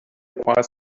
requires